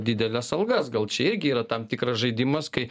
dideles algas gal čia irgi yra tam tikras žaidimas kai